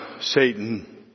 Satan